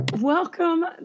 Welcome